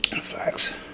Facts